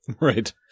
Right